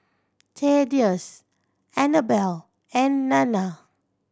Thaddeus Anabel and Nana